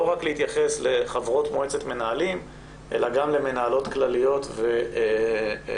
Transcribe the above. לא להתייחס רק לחברות מועצת מנהלים אלא גם למנהלות כלליות ומנהלים.